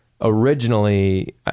originally